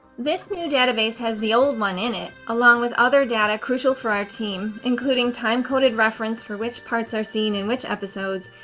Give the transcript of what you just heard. this new database has the old one in it, along with other data crucial for our team including time-coded reference for which parts are seen in which episodes,